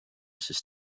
sest